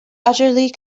utterly